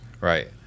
Right